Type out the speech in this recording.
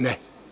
Ne.